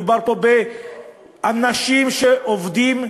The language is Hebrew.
מדובר באנשים שעובדים,